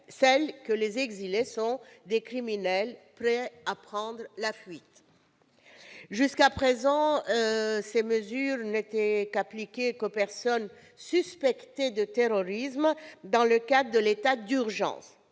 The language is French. de laquelle les exilés sont des criminels prêts à prendre la fuite. Jusqu'à présent, ces mesures n'étaient appliquées qu'aux personnes suspectées de terrorisme, dans le cadre de l'état d'urgence.